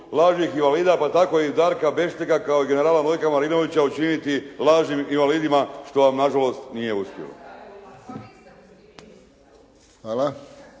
Hvala.